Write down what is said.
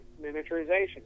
miniaturization